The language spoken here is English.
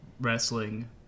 wrestling